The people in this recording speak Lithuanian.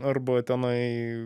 arba tenai